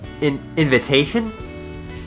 Invitation